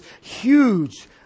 huge